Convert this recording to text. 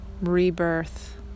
rebirth